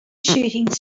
shooting